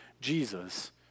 Jesus